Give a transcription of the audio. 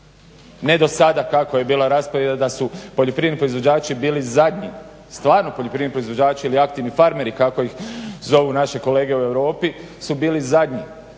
Ne do sada kako je bila raspodjela da su poljoprivredni proizvođači bili zadnji, stvarno poljoprivredni proizvođači ili aktivni farmeri kako iz zovu naši kolege u Europi su bili zadnji